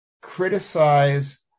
criticize